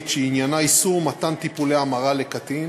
שעניינה איסור מתן טיפולי המרה לקטין,